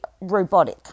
robotic